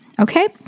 okay